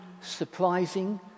surprising